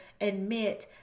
admit